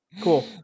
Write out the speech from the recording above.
Cool